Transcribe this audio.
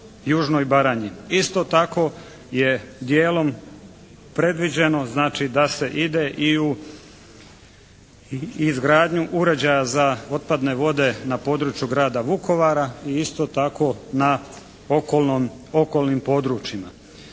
Isto tako je dijelom predviđeno znači da se ide i u izgradnju uređaja za otpadne vode na području grada Vukovara i isto tako na okolnim područjima.